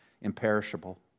imperishable